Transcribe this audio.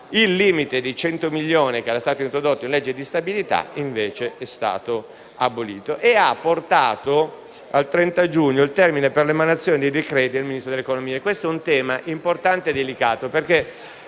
Il limite di 100 milioni, introdotto nella legge di stabilità, è stato invece abolito ed ha portato al 30 giugno il termine per l'emanazione dei decreti del Ministro dell'economia. Questo è un tema importante e delicato perché,